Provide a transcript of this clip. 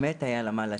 באמת היה לה מה לתת.